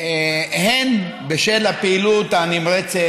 בשל הפעילות הנמרצת,